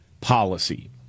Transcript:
policy